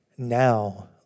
Now